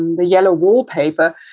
the yellow wallpaper.